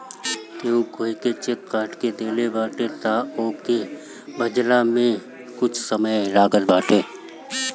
केहू तोहके चेक काट के देहले बाटे तअ ओके भजला में कुछ समय लागत बाटे